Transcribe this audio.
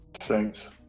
Saints